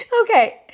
Okay